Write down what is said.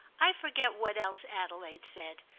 i forget what else adelaide said,